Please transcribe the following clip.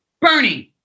Bernie